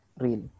real